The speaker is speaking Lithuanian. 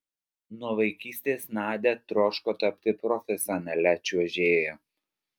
nuo vaikystės nadia troško tapti profesionalia čiuožėja